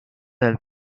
del